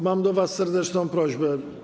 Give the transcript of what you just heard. Mam do was serdeczną prośbę.